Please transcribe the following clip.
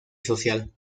social